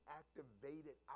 activated